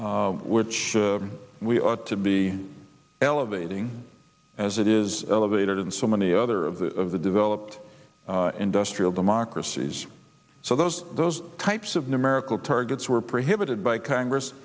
which we ought to be elevating as it is elevated in so many other of the of the developed industrial democracies so those those types of numerical targets were prohibited by congress